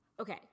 okay